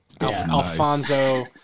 Alfonso